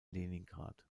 leningrad